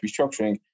restructuring